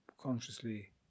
consciously